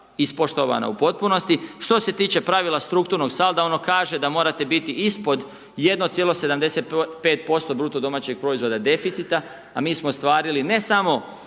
ispoštovana u potpunosti. Što se tiče pravila strukturnog salda ono kaže da morate biti ispod 1,75% BDP-a deficita a mi smo ostvarili ne samo